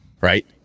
right